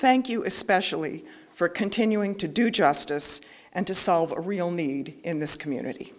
thank you especially for continuing to do justice and to solve a real need in this community